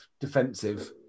defensive